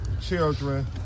children